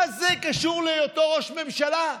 מה זה קשור להיותו ראש ממשלה?